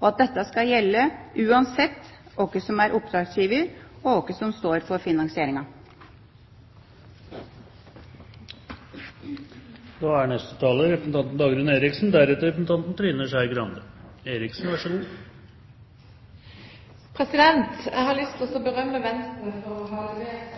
og at dette skal gjelde uansett hvem som er oppdragsgiver, og hvem som står for finansieringa. Jeg har lyst til å berømme Venstre for å ha levert et godt og viktig forslag. Jeg